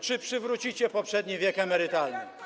Czy przywrócicie poprzedni wiek emerytalny?